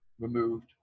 removed